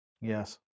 Yes